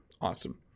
Awesome